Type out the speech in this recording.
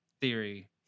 theory